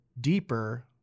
deeper